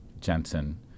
Jensen